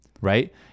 right